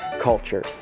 culture